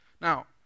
Now